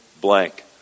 blank